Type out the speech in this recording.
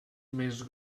més